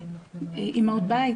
אמהות בית,